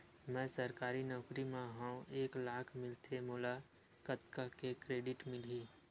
मैं सरकारी नौकरी मा हाव एक लाख मिलथे मोला कतका के क्रेडिट मिलही?